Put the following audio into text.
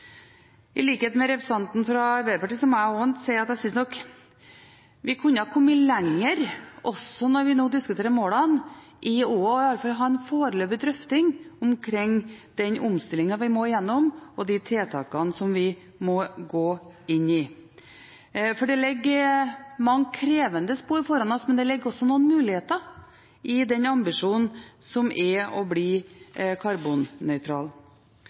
I likhet med representanten fra Arbeiderpartiet må jeg si at jeg syns nok vi kunne kommet lenger også når vi nå diskuterer målene, i hvert fall i å ha en foreløpig drøfting omkring den omstillingen vi må gjennom, og de tiltakene som vi må gå inn i. Det ligger mange krevende spor foran oss, men det ligger også noen muligheter i den ambisjonen, som er å bli karbonnøytral.